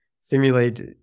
simulate